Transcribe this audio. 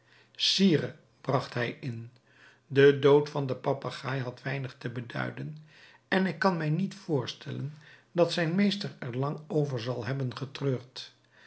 bragt hij in de dood van den papegaai had weinig te beduiden en ik kan mij niet voorstellen dat zijn meester er lang over zal hebben getreurd